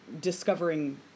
discovering